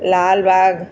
Lalbagh